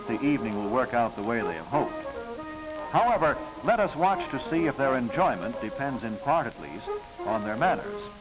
that the evening work out the way i hope however let us watch to see if their enjoyment depends in part at least on their matter